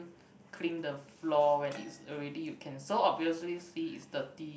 clean the floor when it's already you can so obviously see it's dirty